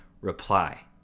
reply